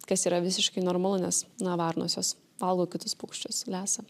kas yra visiškai normalu nes na varnos jos valgo kitus paukščius lesa